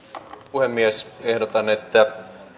puhemies ehdotan että